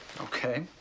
Okay